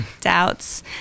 doubts